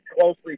closely